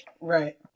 right